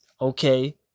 Okay